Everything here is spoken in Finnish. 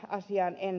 ahtiainen